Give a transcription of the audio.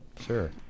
sure